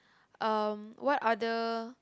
um what other